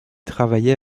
travailler